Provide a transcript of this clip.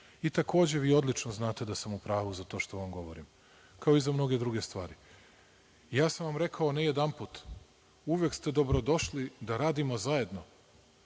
više. Takođe, vi odlično znate da sam u pravu za to što vam govorim, kao i za mnoge druge stvari. Rekao sam vam, ne jedanput, uvek ste dobrodošli da radimo zajedno,